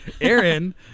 Aaron